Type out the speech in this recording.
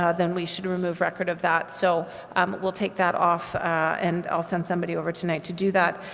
ah then we should remove record of that, so um we'll take that off and i'll send somebody over tonight to do that,